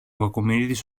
κακομοιρίδης